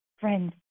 Friends